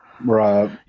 Right